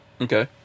Okay